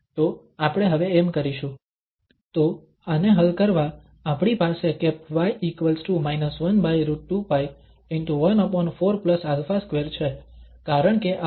તો આપણે હવે એમ કરીશું તો આને હલ કરવા આપણી પાસે y 1√2π ✕ 14α2 છે કારણ કે આ બાજુથી પણ આપણી પાસે 2iα છે